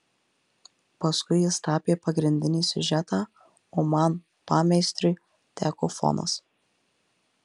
paskui jis tapė pagrindinį siužetą o man pameistriui teko fonas